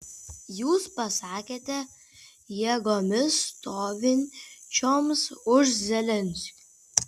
jūs pasakėte jėgoms stovinčioms už zelenskio